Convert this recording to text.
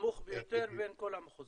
הנמוך ביותר בין כל המחוזות.